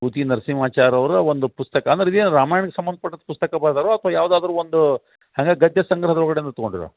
ಪು ತಿ ನರಸಿಂಹಾಚಾರ್ ಅವರ ಒಂದು ಪುಸ್ತಕ ಅಂದ್ರೆ ಇದೇನು ರಾಮಾಯಣಕ್ಕೆ ಸಂಬಂಧ ಪಟ್ಟದ್ದು ಪುಸ್ತಕ ಬರೆದಾರೋ ಅಥವಾ ಯಾವುದಾದ್ರು ಒಂದು ಹಂಗ ಗದ್ಯ ಸಂಗ್ರಹದ ಒಳಗಡೇಂದು ತೊಗೊಂಡಿರೋ